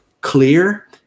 clear